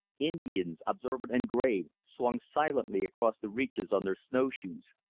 indians, observant and grave, swung silently across the reaches on their snowshoes,